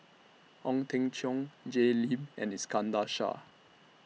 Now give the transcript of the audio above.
Ong Teng Cheong Jay Lim and Iskandar Shah